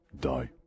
die